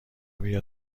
بیا